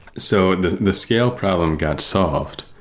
so the the scale problem got solved,